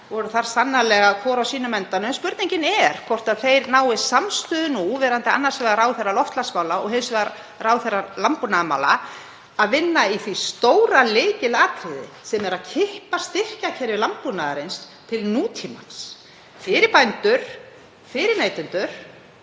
voru þar sannarlega hvor á sínum endanum. En spurningin er hvort þeir nái samstöðu, annars vegar ráðherra loftslagsmála og hins vegar ráðherra landbúnaðarmála, í að vinna að því stóra lykilatriði sem er að kippa styrkjakerfi landbúnaðarins til nútímans fyrir bændur, fyrir neytendur